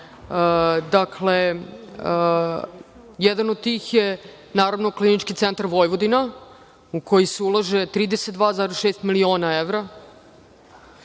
Dakle, jedan od tih je naravno Klinički centar Vojvodine u koji se ulaže 32,6 miliona evra.